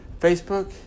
Facebook